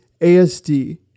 ASD